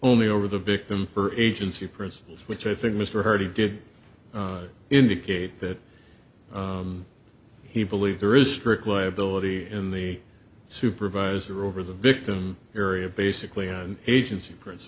only over the victim for agency principles which i think mr hardee did indicate that he believes there is strict liability in the supervisor over the victim area basically agency prin